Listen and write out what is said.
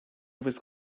was